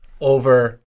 over